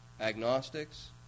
agnostics